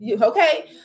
okay